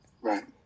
Right